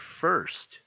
first